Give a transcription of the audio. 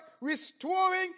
restoring